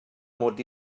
mod